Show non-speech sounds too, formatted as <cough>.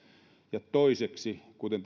toiseksi kuten <unintelligible>